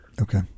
okay